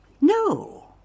No